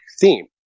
theme